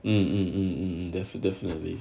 um um um um that's definitely